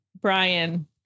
Brian